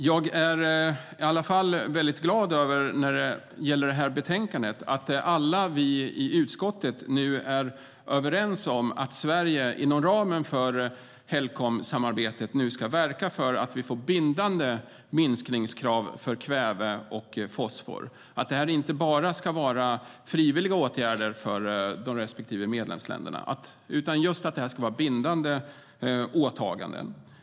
När det gäller det här betänkandet är jag i alla fall väldigt glad över att alla i utskottet nu är överens om att Sverige inom ramen för Helcomsamarbetet ska verka för att vi ska få bindande minskningskrav för kväve och fosfor. Då ska det inte vara frivilliga åtgärder för de respektive medlemsländerna, utan det ska vara bindande åtaganden.